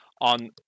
on